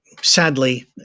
sadly